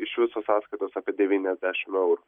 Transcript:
iš viso sąskaitos apie devyniasdešim eurų